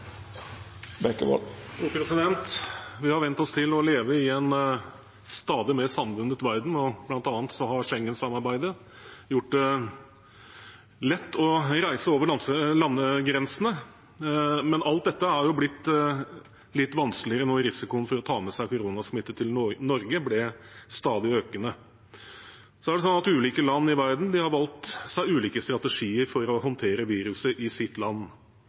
Vi har vent oss til å leve i en stadig mer sammenbundet verden. Blant annet har Schengen-samarbeidet gjort det lett å reise over landegrensene. Men alt dette er jo blitt litt vanskeligere nå, etter at risikoen for å ta med seg koronasmitte til Norge ble stadig økende. Ulike land i verden har valgt seg ulike strategier for å håndtere viruset i sitt land.